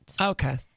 Okay